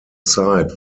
zeit